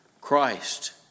Christ